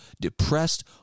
depressed